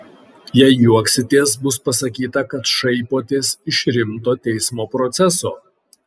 jei juoksitės bus pasakyta kad šaipotės iš rimto teismo proceso